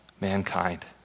mankind